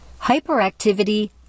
Hyperactivity